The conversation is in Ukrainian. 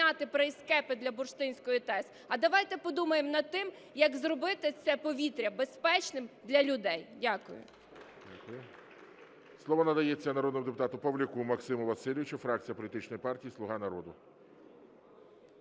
Слово надається народному депутату Павлюку Максиму Васильовичу, фракція політичної партії "Слуга народу".